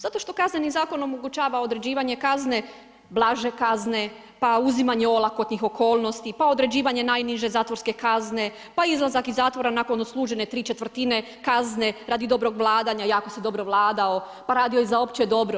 Zato što Kazneni zakon omogućava određivanje kazne, blaže kazne, pa uzimanje olakotnih okolnosti, pa određivanje najniže zatvorske kazne, pa izlazak iz zatovra nakon odslužene ¾ kazne, radi dobrog vladanja, jako si dobro vladao, pa radio je za opće dobro.